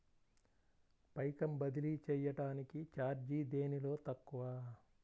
పైకం బదిలీ చెయ్యటానికి చార్జీ దేనిలో తక్కువ?